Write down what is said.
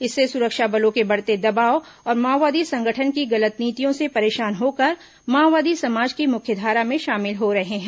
इससे सुरक्षा बलों के बढ़ते दबाव और माओवादी संगठन की गलत नीतियों से परेशान होकर माओवादी समाज की मुख्यधारा में शामिल हो रहे हैं